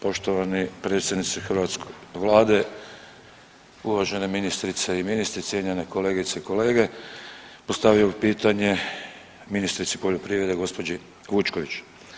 Poštovani predsjedniče hrvatske Vlade, uvažene ministrice i ministri, cijenjene kolegice i kolege, postavio bi pitanje ministrici poljoprivrede gospođi Vučković.